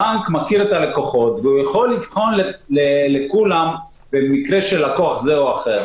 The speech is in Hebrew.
הבנק מכיר את הלקוחות והוא יכול לבחון במקרה של לקוח זה או אחר.